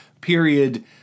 period